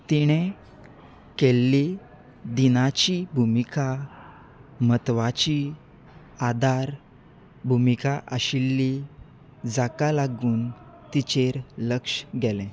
तिणें केल्ली दिनाची भुमिका म्हत्वाची आदार भुमिका आशिल्ली जाका लागून तिचेर लक्ष गेलें